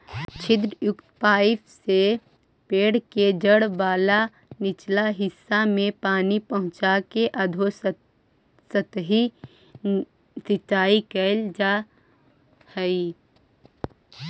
छिद्रयुक्त पाइप से पेड़ के जड़ वाला निचला हिस्सा में पानी पहुँचाके अधोसतही सिंचाई कैल जा हइ